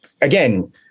again